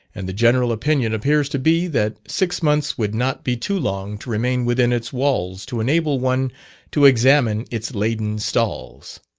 and the general opinion appears to be, that six months would not be too long to remain within its walls to enable one to examine its laden stalls.